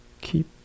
keep